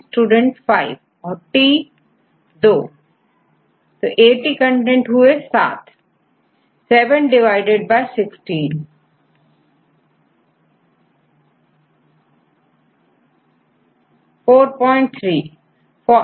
student 5 और T student तोAT content 7 हुए